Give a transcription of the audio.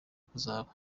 kuzaba